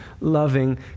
loving